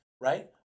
right